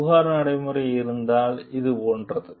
புகார் நடைமுறை இருந்தால் இது போன்றது